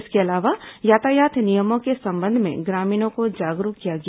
इसके अलावा यातायात नियमों के संबंध में ग्रामीणों को जागरूक किया गया